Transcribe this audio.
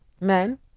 Men